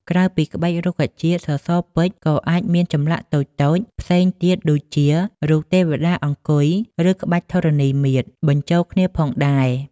ក្រៅពីក្បាច់រុក្ខជាតិ សសរពេជ្រក៏អាចមានចម្លាក់តូចៗផ្សេងទៀតដូចជា រូបទេវតាអង្គុយ ឬក្បាច់ធរណីមាត្រ បញ្ចូលគ្នាផងដែរ។